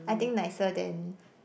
I think nicer than